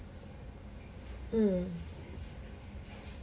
mm